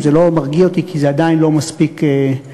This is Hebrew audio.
זה לא מרגיע אותי, כי זה עדיין לא מספיק טוב,